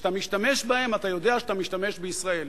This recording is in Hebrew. וכשאתה משתמש בהם אתה יודע שאתה משתמש בישראל.